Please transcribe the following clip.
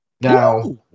Now